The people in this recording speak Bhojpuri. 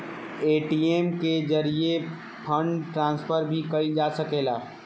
ए.टी.एम के जरिये फंड ट्रांसफर भी कईल जा सकेला